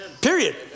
Period